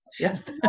Yes